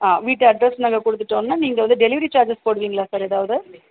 ஆ வீட்டு அட்ரஸ் நாங்கள் கொடுத்துட்டோன்னா நீங்கள் வந்து டெலிவரி சார்ஜஸ் போடுவீங்களா சார் எதாவது